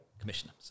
commissioner